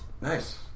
Nice